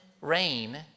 rain